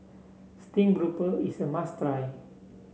stream grouper is a must try